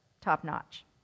top-notch